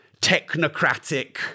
technocratic